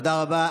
תודה רבה.